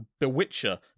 Bewitcher